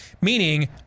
Meaning